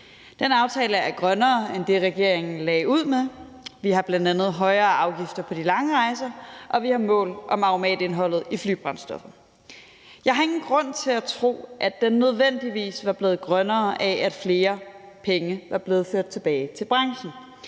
Den aftale er grønnere end det, regeringen lagde ud med. Vi har bl.a. højere afgifter på de lange rejser, og vi har mål om auromatindholdet i flybrændstoffet. Jeg har ingen grund til at tro, at den nødvendigvis var blevet grønnere af, at flere penge var blevet ført tilbage til branchen.